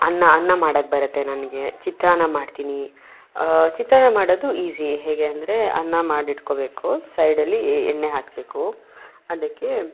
ಅನ್ನ ಅನ್ನ ಮಾಡೋಕೆ ಬರುತ್ತೆ ನನಗೆ ಚಿತ್ರಾನ್ನ ಮಾಡ್ತೀನಿ ಚಿತ್ರಾನ್ನ ಮಾಡೋದು ಈಝೀ ಹೇಗೆ ಅಂದರೆ ಅನ್ನ ಮಾಡಿಟ್ಕೋಬೇಕು ಸೈಡಲ್ಲಿ ಎಣ್ಣೆ ಹಾಕಬೇಕು ಅದಕ್ಕೆ